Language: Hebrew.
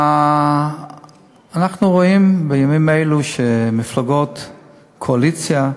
אנחנו רואים בימים אלו שמפלגות קואליציה,